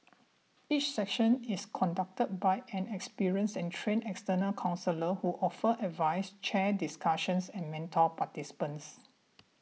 each session is conducted by an experienced and trained external counsellor who offers advice chairs discussions and mentors participants